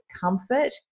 comfort